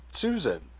susan